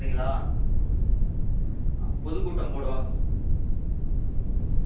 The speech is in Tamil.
சரிங்க சார் சரி நா காலைல வந்துடும் சார் ஆனால் ஆ சொல்லுங்கள் சார்